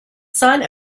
son